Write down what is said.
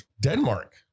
Denmark